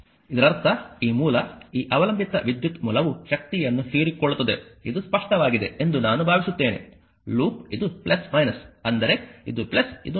ಇದರರ್ಥ ಈ ಮೂಲ ಈ ಅವಲಂಬಿತ ವಿದ್ಯುತ್ ಮೂಲವು ಶಕ್ತಿಯನ್ನು ಹೀರಿಕೊಳ್ಳುತ್ತದೆ ಇದು ಸ್ಪಷ್ಟವಾಗಿದೆ ಎಂದು ನಾನು ಭಾವಿಸುತ್ತೇನೆ ಲೂಪ್ ಇದು ಅಂದರೆ ಇದು ಇದು